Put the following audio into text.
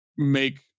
make